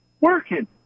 working